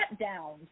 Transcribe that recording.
shutdowns